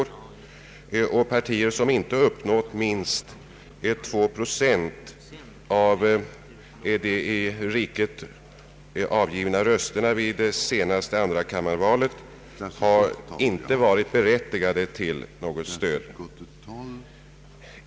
Parti som vid senaste andrakammarval inte uppnått minst 2 procent av de i hela riket avgivna rösterna har dock inte varit berättigat till partistöd.